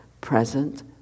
present